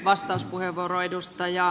arvoisa puhemies